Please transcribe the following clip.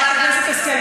חברת הכנסת השכל,